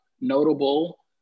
notable